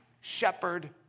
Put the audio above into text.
shepherd